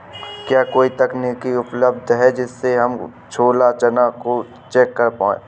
क्या कोई तकनीक उपलब्ध है जिससे हम छोला चना को चेक कर पाए?